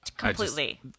Completely